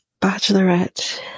Bachelorette